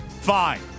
Fine